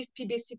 PBC